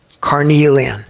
carnelian